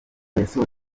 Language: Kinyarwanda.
yasoje